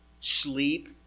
sleep